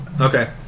Okay